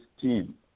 team